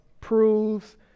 proves